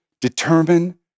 determine